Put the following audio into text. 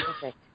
perfect